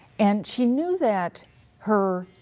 and she knew that her,